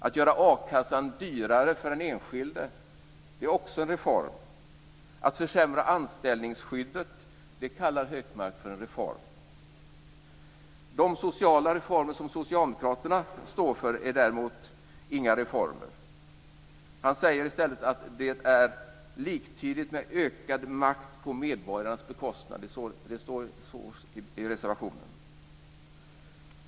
Att göra a-kassan dyrare för den enskilde är också en reform. Att försämra anställningsskyddet kallar Hökmark för en reform. De sociala reformer som socialdemokraterna står för är däremot inga reformer. Han säger i stället att det är liktydigt med ökad makt på medborgarnas bekostnad. Det står så i reservationen.